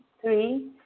Three